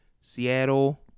seattle